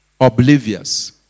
oblivious